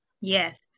Yes